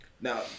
Now